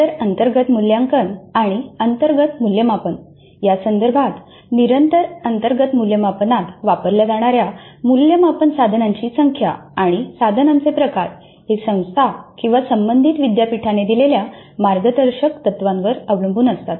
निरंतर अंतर्गत मूल्यांकन किंवा अंतर्गत मूल्यमापन यासंदर्भात निरंतर अंतर्गत मूल्यमापनात वापरल्या जाणाऱ्या मूल्यमापन साधनांची संख्या आणि साधनांचे प्रकार हे संस्था किंवा संबंधित विद्यापीठाने दिलेल्या मार्गदर्शक तत्त्वांवर अवलंबून असतात